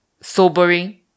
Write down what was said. sobering